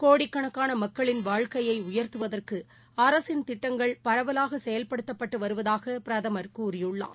கோடிக்கணக்கானமக்களின் வாழக்கையைஉயர்த்துவதற்குஅரசின் திட்டங்கள் பரவலாகசெயல்படுத்தப்பட்டுவருவதாகபிரதமர் கூறியுள்ளார்